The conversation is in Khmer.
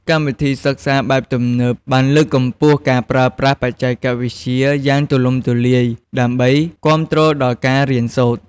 កម្មវិធីសិក្សាបែបទំនើប បានលើកកម្ពស់ការប្រើប្រាស់បច្ចេកវិទ្យាយ៉ាងទូលំទូលាយដើម្បីគាំទ្រដល់ការរៀនសូត្រ។